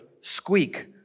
squeak